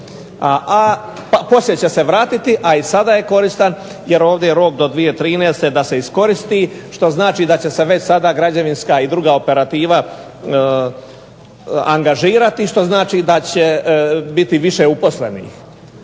Poslije će se vratiti, a i sada je koristan jer ovdje je rok do 2013. da se iskoristi što znači da će se već sada građevinska i druga operativa angažirati, što znači da će biti više uposlenih.